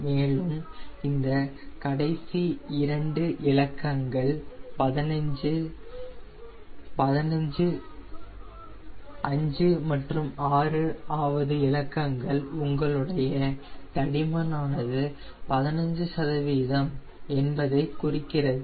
மேலும் இந்த கடைசி இரண்டு இலக்கங்கள் 15 5 மற்றும் 6 ஆவது இலக்கங்கள் உங்களுடைய தடிமனானது 15 என்பதை குறிக்கிறது